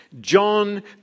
John